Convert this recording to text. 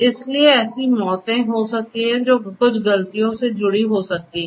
इसलिए ऐसी मौतें हो सकती हैं जो कुछ गलतियों से जुड़ी हो सकती हैं